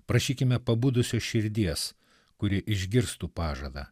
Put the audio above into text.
prašykime pabudusios širdies kuri išgirstų pažadą